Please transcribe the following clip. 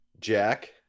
Jack